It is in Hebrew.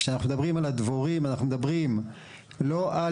כאשר אנחנו מדברים על הדבורים אנחנו מדברים לא על